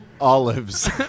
Olives